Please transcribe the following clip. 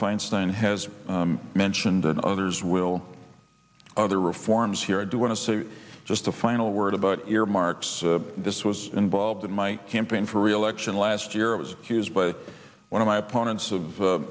feinstein has mentioned and others will other reforms here i do want to say just a final word about earmarks this was involved in my campaign for reelection last year it was accused by one of my opponents of